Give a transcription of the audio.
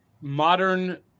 modern